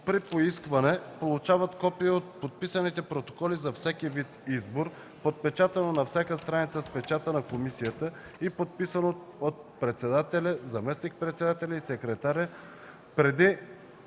при поискване получават копие от подписаните протоколи за всеки вид избор, подпечатано на всяка страница с печата на комисията и подписано от председателя, заместник-председателя и секретаря преди